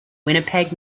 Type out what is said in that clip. winnipeg